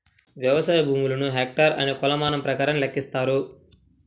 వ్యవసాయ భూములను హెక్టార్లు అనే కొలమానం ప్రకారం లెక్కిస్తారు